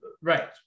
right